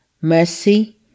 mercy